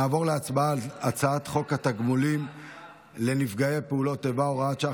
נעבור להצבעה על הצעת חוק התגמולים לנפגעי פעולות איבה (הוראת שעה,